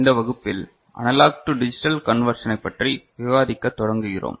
இந்த வகுப்பில் analog to digital கன்வெர்ஷனைப் பற்றி விவாதிக்கத் தொடங்குகிறோம்